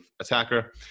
attacker